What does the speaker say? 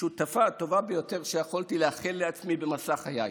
השותפה הטובה ביותר שיכולתי לאחל לעצמי במסע חיי,